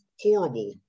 horrible